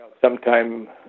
sometime